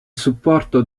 supporto